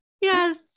Yes